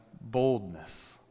boldness